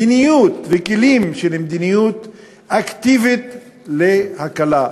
מדיניות וכלים של מדיניות אקטיבית להקלה,